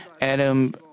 Adam